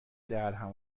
درهم